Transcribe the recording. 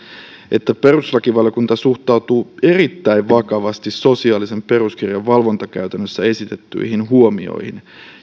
perustuslakivaliokunta suhtautuu erittäin vakavasti sosiaalisen peruskirjan valvontakäytännössä esitettyihin huomioihin